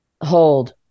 hold